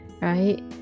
right